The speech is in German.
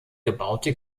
gebaute